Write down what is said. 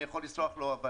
אני יכול לסלוח לו.